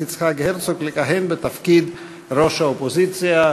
יצחק הרצוג לכהן בתפקיד ראש האופוזיציה.